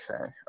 okay